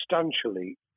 substantially